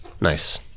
Nice